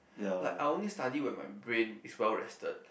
like I only study with my brain is well rested